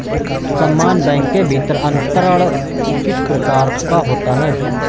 समान बैंक के भीतर अंतरण किस प्रकार का होता है?